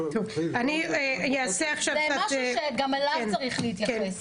זה משהו שגם אליו צריך להתייחס.